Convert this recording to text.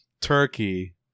turkey